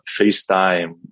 FaceTime